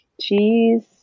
cheese